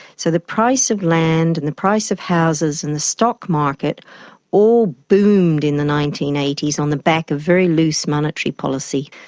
so the price of land and the price of houses and the stock market all boomed in the nineteen eighty s on the back of very loose monetary policy.